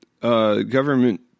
government